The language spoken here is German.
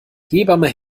hebamme